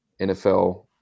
NFL